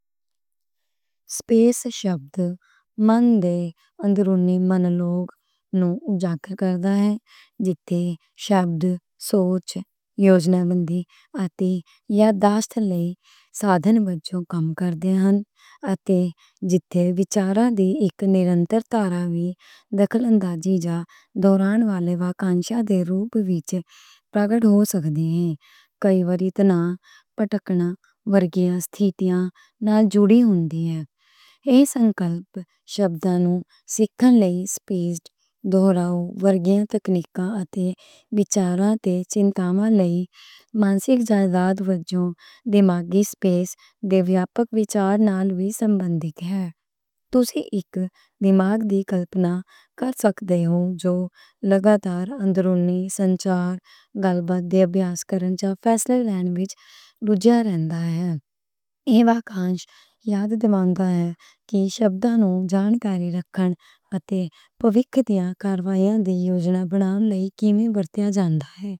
سپیس شبد، من دے اندرونی منولوگ نوں جا کے کردے ہن، جتھے شبد، سوچ، یوجنا بندی اتے یادداشت والے سادھن وجوں کم کردے ہن۔ اتے جتھے وچاراں دی اک نرنتر تار وچ دخل اندازی جا دوران والے واک انشاں دے روپ وچ پرگٹ ہو سکدی ہن۔ کئی ورتن، پٹکن، ورگیاں، ستھیتیاں نال جڑی ہوندی ہن۔ اے سنکلپ شبدانوں سکھن لئی سپَشٹ دہراو، ورگیاں، تکنیکاں اتے وچاراں تے چنتاواں لئی مانسک جائیداد وجوں دماغی سپیس دے۔ تسی اک دماغ دی کلپنا کر سکدے ہو جو لگاتار اندرونی سنچار، گلبات دے ابھیاش کرن جا فیصلے لین وچ رُجھیا رہندا ہے، ایویں کانش یاد دی مانگدا ہے۔ کہ شبدانوں جانکاری رکھن اتے پونکھ دیاں کاروائیاں دی یوجنا بنانے لئی کِمیں برتیا جاندا ہے۔